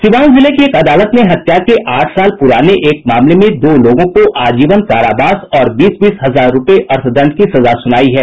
सीवान जिले की एक अदालत ने हत्या के आठ साल प्राने एक मामले में दो लोगों को आजीवन कारावास और बीस बीस हजार रुपये अर्थदंड की सजा सुनायी है